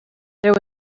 there